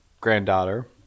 granddaughter